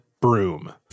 broom